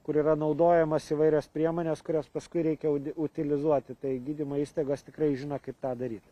kur yra naudojamos įvairios priemonės kurios paskui reikia utilizuoti tai gydymo įstaigos tikrai žino kaip tą daryt